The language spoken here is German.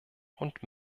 und